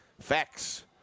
Facts